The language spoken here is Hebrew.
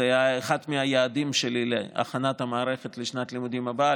זה היה אחד מהיעדים שלי להכנת המערכת לשנת הלימודים הבאה,